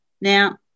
now